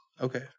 Okay